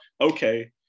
okay